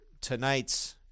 tonight's